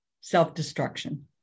self-destruction